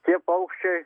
tie paukščiai